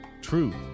Truth